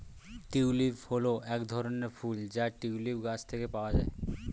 tulip হল এক ধরনের ফুল যা টিউলিপ গাছ থেকে পাওয়া যায়